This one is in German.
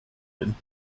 enden